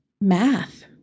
math